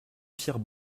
pires